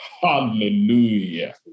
Hallelujah